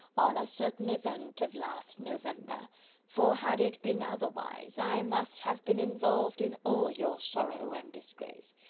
on a certain event of last november for had it been otherwise, i must have been involved in all your sorrow and disgrace.